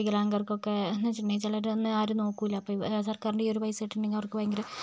വിഗലാംഗർക്കൊക്കെ എന്ന് വെച്ചിട്ടുണ്ടെങ്കിൽ ചിലവരെ ഒന്നും ആരും നോക്കില്ല സർക്കാരിൻ്റെ ഈ ഒരു പൈസ കിട്ടിയിട്ടുണ്ടെങ്കിൽ അവർക്ക് ഭയങ്കര